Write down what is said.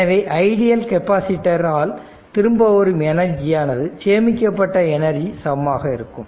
எனவே ideal capacitor ஆல் திரும்ப வரும் எனர்ஜி ஆனது சேமிக்கப்பட்ட எனர்ஜி சமமாக இருக்கும்